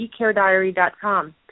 eCareDiary.com